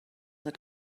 that